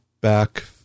back